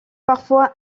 parfois